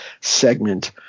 segment